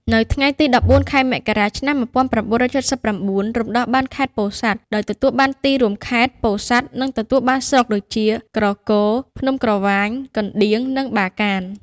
នៅថ្ងៃទី ១៤ ខែមករា ឆ្នាំ ១៩៧៩ រំដោះបានខេត្តពោធិ៍សាត់ ដោយទទួលបានទីរួមខេត្ត ពោធិ៍សាត់ និងទទួលបានស្រុកដូចជា ក្រគរ ភ្នំក្រវាញ កណ្តៀង និងបាកាន។